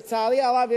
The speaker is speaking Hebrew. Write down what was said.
לצערי הרב,